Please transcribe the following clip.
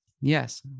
Yes